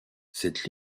cette